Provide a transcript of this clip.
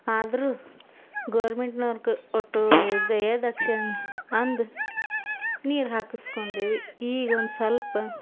ಆದರೂ ಗೋರ್ಮೆಂಟ್ನೋರ್ಗೆ ಒಟ್ಟು ದಯ ದಾಕ್ಷಿಣ್ಯ ಅಂದು ನೀರು ಹಾಕ್ಸ್ಕೊಂಡೇವಿ ಈಗ ಒಂದು ಸಲ್ಪ